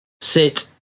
sit